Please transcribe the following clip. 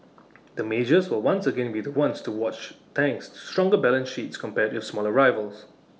the majors will once again be the ones to watch thanks to stronger balance sheets compared with smaller rivals